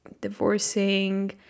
divorcing